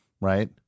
Right